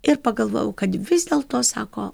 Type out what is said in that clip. ir pagalvojau kad vis dėl to sako